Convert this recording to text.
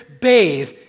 bathe